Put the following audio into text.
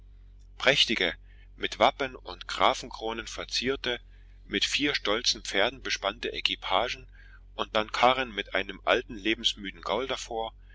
prächtige mit wappen und grafenkronen verzierte mit vier stolzen pferden bespannte equipagen und dann karren mit einem alten lebensmüden gaul davor